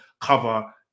cover